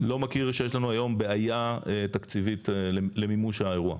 לא מכיר שיש לנו היום בעיה תקציבית למימוש האירוע.